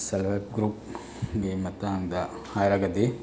self help ꯒ꯭ꯔꯨꯞꯀꯤ ꯃꯇꯥꯡꯗ ꯍꯥꯏꯔꯒꯗꯤ